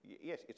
yes